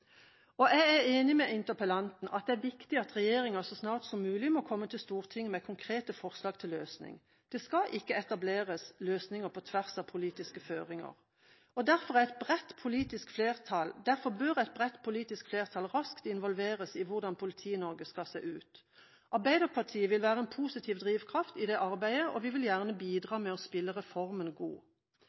løse. Jeg er enig med interpellanten i at det er viktig at regjeringa så snart som mulig kommer til Stortinget med konkrete forslag til løsning. Det skal ikke etableres løsninger på tvers av politiske føringer. Derfor bør et bredt politisk flertall raskt involveres i hvordan Politi-Norge skal se ut. Arbeiderpartiet vil være en positiv drivkraft i det arbeidet, og vi vil gjerne bidra med å spille reformen god.